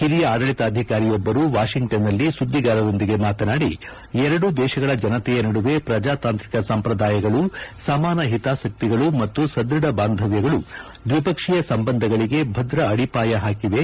ಹಿರಿಯ ಆಡಳಿತಾಧಿಕಾರಿಯೊಬ್ಬರು ವಾಷಿಂಗ್ಟನ್ನಲ್ಲಿ ಸುದ್ದಿಗಾರರೊಂದಿಗೆ ಮಾತನಾಡಿ ಎರಡೂ ದೇಶಗಳ ಜನತೆಯ ನಡುವೆ ಪ್ರಜಾತಾಂತ್ರಿಕ ಸಂಪ್ರದಾಯಗಳು ಸಮಾನ ಹಿತಾಸಕ್ತಿಗಳು ಮತ್ತು ಸದ್ಯಢ ಬಾಂಧವ್ಯಗಳು ದ್ವಿಪಕ್ಷೀಯ ಸಂಬಂಧಗಳಿಗೆ ಭದ್ರ ಅಡಿಪಾಯ ಪಾಕಿವೆ